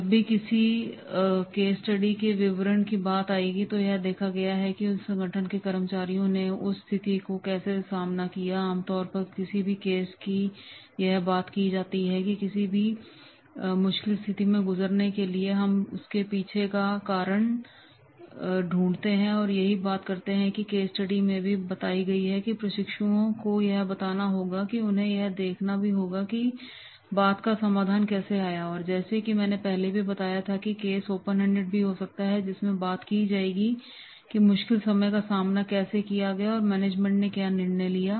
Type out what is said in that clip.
जब भी किसी केस स्टडी के विवरण की बात आती है तो यह देखा जाता है कि उस संगठन के कर्मचारियों ने उस स्थिति का कैसे सामना किया आमतौर पर किसी भी केस की जब बात की जाती है तो किसी भी मुश्किल स्थिति से गुजरने के लिए हम उसके पीछे का कारण ढूंढते हैं और यही बात इस केस स्टडी में भी बताई गई है प्रशिक्षुओं को यह बताना होगा और उन्हें यह देखना भी होगा कि बात का समाधान कैसे आया और जैसा कि मैंने पहले बताया था कि केस ओपन एंडेड भी हो सकता है जिसमें बात की जाएगी कि मुश्किल समय का सामना कैसे किया गया और मैनेजमेंट ने क्या निर्णय लिया